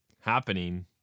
happening